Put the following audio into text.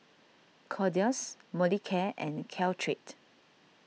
Kordel's Molicare and Caltrate